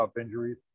injuries